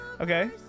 Okay